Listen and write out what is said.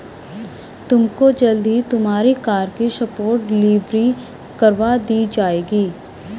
तुमको जल्द ही तुम्हारी कार की स्पॉट डिलीवरी करवा दी जाएगी